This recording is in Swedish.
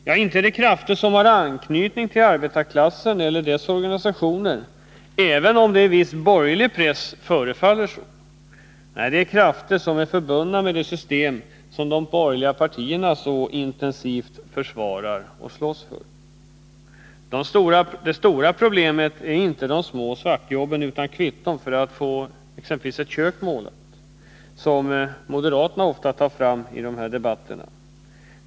Ja, inte är det krafter som har anknytning till arbetarklassen och dess organisationer, även om det i viss borgerlig press förefaller så. Det är krafter som är förbundna med det system som de borgerliga partierna så intensivt försvarar och slåss för. Det stora problemet är inte de små svartjobben utan kvitton för att få exempelvis ett kök målat, som moderaterna så ofta tar fram i de här debatterna.